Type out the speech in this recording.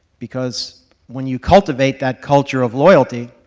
because when you cultivate that culture of loyalty,